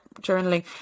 journaling